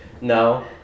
no